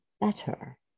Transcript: better